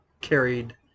carried